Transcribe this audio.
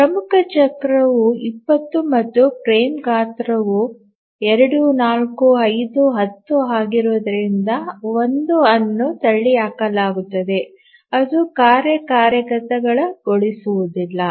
ಪ್ರಮುಖ ಚಕ್ರವು 20 ಮತ್ತು ಫ್ರೇಮ್ ಗಾತ್ರಗಳು 2 4 5 10 ಆಗಿರುವುದರಿಂದ 1 ಅನ್ನು ತಳ್ಳಿಹಾಕಲಾಗುತ್ತದೆ ಅದು ಕಾರ್ಯ ಕಾರ್ಯಗತಗೊಳಿಸುವುದಿಲ್ಲ